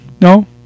no